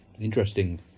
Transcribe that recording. Interesting